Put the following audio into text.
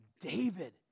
David